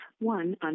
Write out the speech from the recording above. one